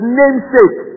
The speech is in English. namesake